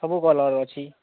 ସବୁ ଭଲ ଭଲ ଅଛି